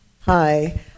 Hi